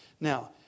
Now